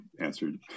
answered